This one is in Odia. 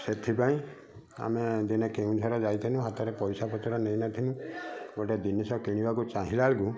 ସେଥିପାଇଁ ଆମେ ଦିନେ କେଉଁଝର ଯାଇଥିନୁ ହାତରେ ପଇସା ପତ୍ର ନେଇନଥିନୁ ଗୋଟେ ଜିନିଷ କିଣିବାକୁ ଚାହିଁଲାବେଳକୁ